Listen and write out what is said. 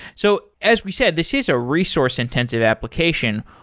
so as we said, this is a resource intensive application.